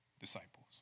disciples